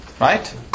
right